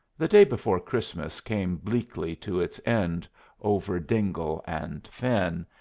the day before christmas came bleakly to its end over dingle and fen,